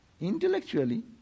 intellectually